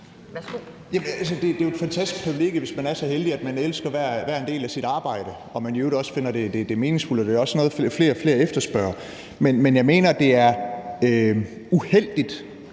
det er jo et fantastisk privilegie, hvis man er så heldig, at man elsker hver en del af sit arbejde og man i øvrigt også finder det meningsfuldt – det er også noget, flere og flere efterspørger – men jeg mener, at det er uheldigt